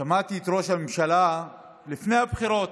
שמעתי את ראש הממשלה לפני הבחירות,